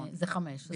זה חמש שנים.